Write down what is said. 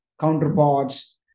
counterparts